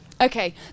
Okay